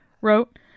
wrote